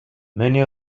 many